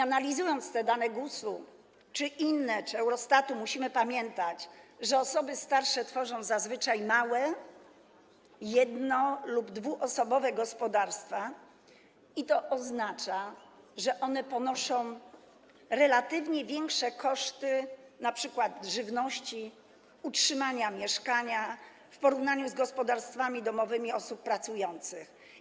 Analizując te dane GUS-u, czy inne, Eurostatu, musimy pamiętać, że osoby starsze tworzą zazwyczaj małe, jedno- lub dwuosobowe gospodarstwa, a to oznacza, że one ponoszą relatywnie większe koszty np. na żywność, utrzymanie mieszkania w porównaniu z gospodarstwami domowymi osób pracujących.